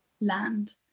land